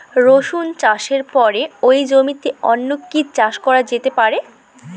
রসুন চাষের পরে ওই জমিতে অন্য কি চাষ করা যেতে পারে?